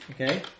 Okay